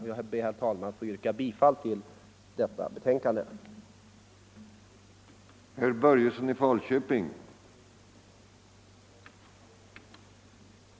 Jag ber, herr talman, att få yrka bifall till utskottets hemställan.